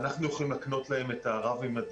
ואנחנו יכולים להקנות להם את הרב-מימדיות.